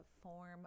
form